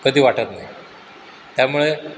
कधी वाटतं नाही त्यामुळे